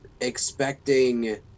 expecting